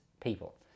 people